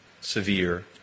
severe